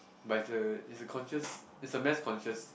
but it's a it's a conscious it's a mass conscious